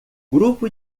grupo